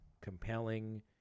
compelling